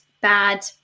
bad